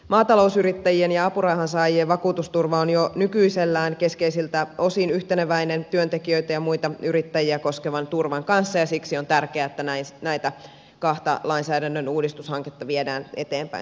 maatalousyrittäjien ja apurahansaajien vakuutusturva on jo nykyisellään keskeisiltä osin yhteneväinen työntekijöitä ja muita yrittäjiä koskevan turvan kanssa ja siksi on tärkeää että näitä kahta lainsäädännön uudistushanketta viedään eteenpäin samanaikaisesti